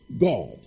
God